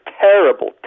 terrible